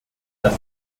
das